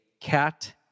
Cat